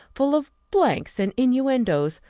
full of blanks, and inuendoes,